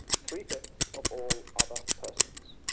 three five of all other persons.